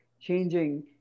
changing